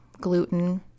gluten